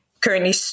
currently